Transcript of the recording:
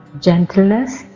gentleness